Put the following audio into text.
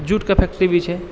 जूटके फैक्ट्री भी छै